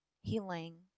healing